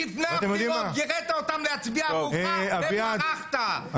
--- הבאת אותם להצביע עבורך וברחת --- אביעד,